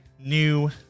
new